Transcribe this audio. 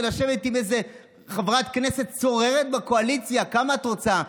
ולשבת עם איזו חברת כנסת סוררת בקואליציה: כמה את רוצה,